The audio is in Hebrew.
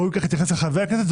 ראוי כך להתייחס אל חברי הכנסת.